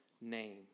name